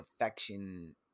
affection